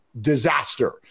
disaster